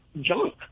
junk